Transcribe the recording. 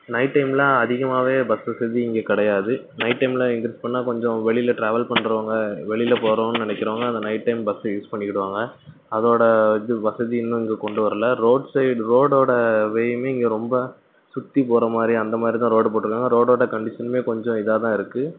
night டைம்லாம் அதிகமாகவே bus வசதி இங்கே கிடையாது நைட் டைமில் இன்க்ரீஸ் பண்ணால் கொஞ்சம் வெளியில் ட்ராவல் பண்ணுறவங்க வெளியில் போகிறோம்னு நினைக்கிறவங்க அந்த நைட் டைம் பஸ்ஸு யூஸ் பண்ணிக்கிடுவாங்க அதோடய இது வசதி இன்னும் இங்கே கொண்டு வரல ரோட் சைட் ரோடோடய வேயுமே இங்கே ரொம்ப சுற்றி போகிற மாதிரி அந்த மாதிரிதான் ரோடு போட்டிருக்காங்க ரோடோடய கண்டிஷனுமே கொஞ்சம் இதாக தான் இருக்குது